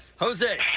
Jose